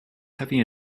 heavy